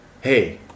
Hey